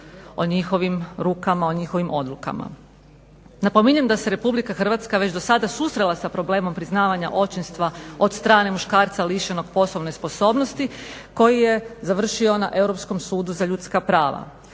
o njihovim rukama o njihovim odlukama. Napominjem da se RH već do sada susrela sa problemom priznavanja očinstva od strane muškarca lišenog poslovne sposobnosti koji je završio na Europskom sudu za ljudska prava.